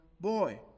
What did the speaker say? boy